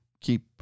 keep